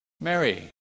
Mary